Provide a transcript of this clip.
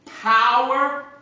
power